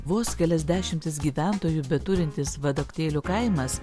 vos kelias dešimtis gyventojų beturintis vadaktėlių kaimas